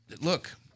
look